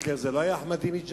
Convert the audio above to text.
היטלר לא היה אחמדינג'אד?